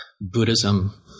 Buddhism